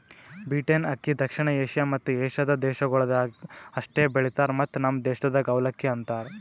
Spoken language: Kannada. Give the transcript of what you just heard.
ಬೀಟೆನ್ ಅಕ್ಕಿ ದಕ್ಷಿಣ ಏಷ್ಯಾ ಮತ್ತ ಏಷ್ಯಾದ ದೇಶಗೊಳ್ದಾಗ್ ಅಷ್ಟೆ ಬೆಳಿತಾರ್ ಮತ್ತ ನಮ್ ದೇಶದಾಗ್ ಅವಲಕ್ಕಿ ಅಂತರ್